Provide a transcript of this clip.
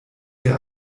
der